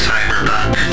Cyberpunk